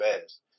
fast